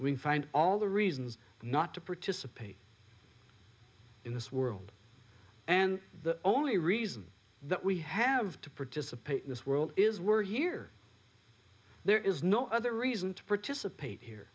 we find all the reasons not to participate in this world and the only reason that we have to participate in this world is we're year there is no other reason to participate here